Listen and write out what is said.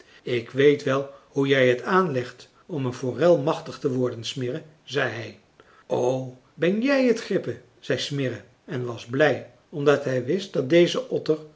ik weet wel hoe jij t aanlegt om een forel machtig te worden smirre zei hij o ben jij t gripe zei smirre en was blij omdat hij wist dat deze otter